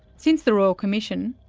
since the royal commission,